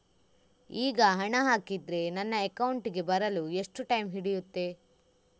ಈಗ ಹಣ ಹಾಕಿದ್ರೆ ನನ್ನ ಅಕೌಂಟಿಗೆ ಬರಲು ಎಷ್ಟು ಟೈಮ್ ಹಿಡಿಯುತ್ತೆ?